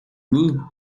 moved